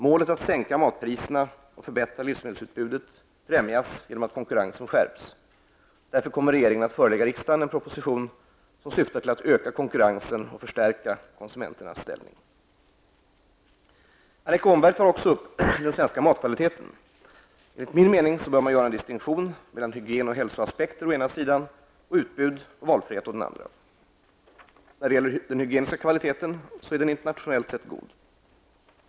Målet att sänka matpriserna och förbättra livsmedelsutbudet främjas genom att konkurrensen skärps. Därför kommer regeringen att förelägga riksdagen en proposition som syftar till att öka konkurrensen och förstärka konsumenternas ställning. Annika Åhnberg tar också upp den svenska matkvaliteten. Enligt min mening bör man göra en distinktion mellan hygien och hälsoaspekter å ena sidan och utbud och valfrihet å den andra. Den hygieniska kvaliteten är internationellt sett god.